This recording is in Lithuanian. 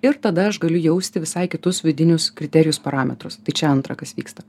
ir tada aš galiu jausti visai kitus vidinius kriterijus parametrus tai čia antra kas vyksta